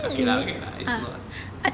okay lah okay lah it's not